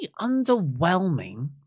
underwhelming